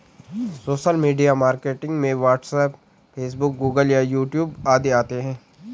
social media marketing में WhatsApp Facebook Google YouTube आदि आते है